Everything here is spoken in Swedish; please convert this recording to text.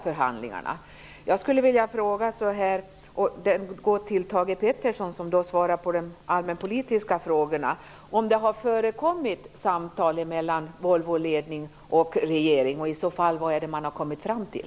Med anledning av detta vill jag vända mig till Thage G Peterson, som svarar på de allmänpolitiska frågorna, och fråga om samtal har förekommit mellan Volvoledningen och regeringen. Vad har man i så fall kommit fram till?